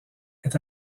est